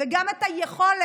וגם את היכולת